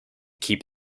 keep